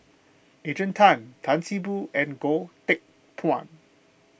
Adrian Tan Tan See Boo and Goh Teck Phuan